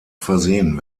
versehen